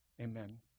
Amen